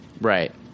right